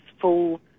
full